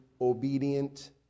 obedient